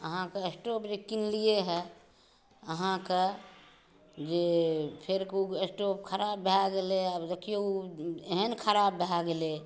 अहाँके स्टोप जे किनलिए हऽ अहाँके जे फेर ओ स्टोप खराब भऽ गेलै आब देखिऔ ओ एहन खराब भऽ गेलै